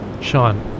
Sean